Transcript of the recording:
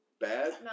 bad